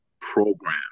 program